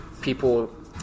people